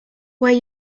where